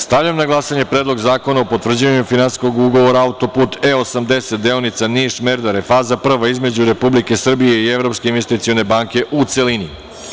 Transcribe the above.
Stavljam na glasanje Predlog zakona o potvrđivanju Finansijskog ugovora autoput E-80 deonica Niš – Merdare Faza I između Republike Srbije i Evropske investicione banke, u celini.